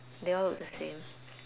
they all look the same